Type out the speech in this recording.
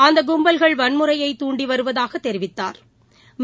அந்த கும்பல்கள் வன்முறையை தூண்டிவருவதாக தெரிவித்தாா்